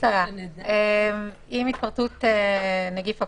עם התפרצות נגיף הקורונה,